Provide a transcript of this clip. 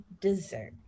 dessert